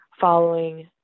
following